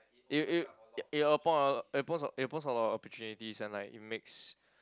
it it it open a lot it opens it opens a lot opportunities and like it makes